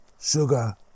sugar